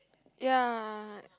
ya